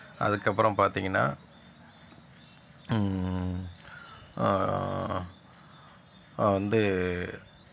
அதுக்கப்புறம் பார்த்திங்கன்னா வந்து